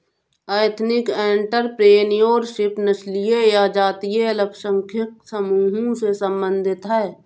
ethnic entrepreneurship नस्लीय या जातीय अल्पसंख्यक समूहों से संबंधित हैं